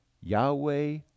Yahweh